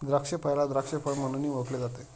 द्राक्षफळाला द्राक्ष फळ म्हणूनही ओळखले जाते